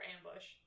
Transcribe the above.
Ambush